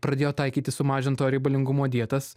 pradėjo taikyti sumažinto reikalingumo dietas